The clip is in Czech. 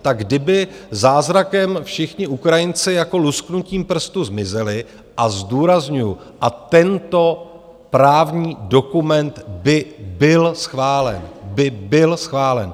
Tak kdyby zázrakem všichni Ukrajinci jako lusknutím prstu zmizeli, a zdůrazňuju, a tento právní dokument by byl schválen by byl schválen.